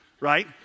right